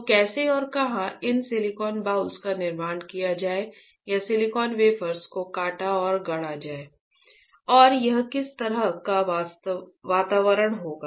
तो कैसे और कहाँ इन सिलिकॉन बाउल का निर्माण किया जाएगा या सिलिकॉन वेफर्स को काटा और गढ़ा जाएगा और यह किस तरह का वातावरण होगा